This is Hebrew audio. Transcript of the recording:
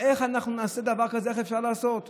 איך אנחנו נעשה דבר כזה, איך אפשר לעשות זאת.